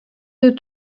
deux